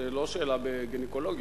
זו לא שאלה בגינקולוגיה.